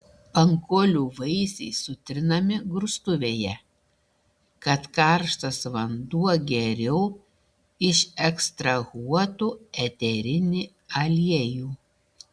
pankolių vaisiai sutrinami grūstuvėje kad karštas vanduo geriau išekstrahuotų eterinį aliejų